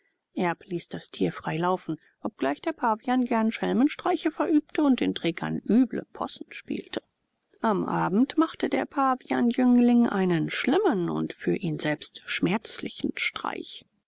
erb ließ das tier frei laufen obgleich der pavian gern schelmenstreiche verübte und den trägern üble possen spielte am abend machte der pavianjüngling einen schlimmen und für ihn selbst schmerzlichen streich